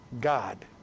God